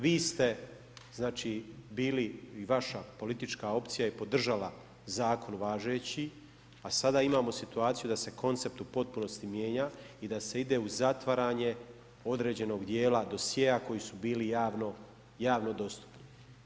Vi ste bili i vaša politika opcija je podržala zakon važeći, a sada imamo situaciju da se koncept u potpunosti mijenja i da se ide u zatvaranje određenog djela dosjea koji su bili javno dostupni.